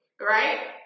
right